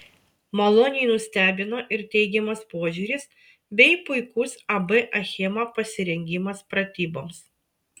maloniai nustebino ir teigiamas požiūris bei puikus ab achema pasirengimas pratyboms